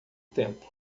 tempo